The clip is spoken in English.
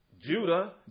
Judah